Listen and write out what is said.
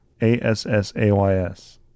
A-S-S-A-Y-S